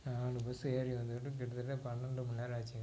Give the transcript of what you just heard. நாலு பஸ்ஸு ஏறி வந்ததுக்கு கிட்டத்தட்ட பன்னெண்டு மணி நேரம் ஆச்சுங்க